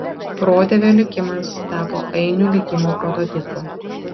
protėvio likimas tapo ainių likimo prototipu